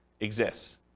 exists